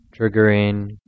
triggering